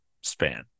span